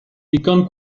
digon